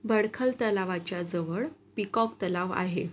बडखल तलावाच्याजवळ पिकॉक तलाव आहे